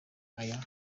aya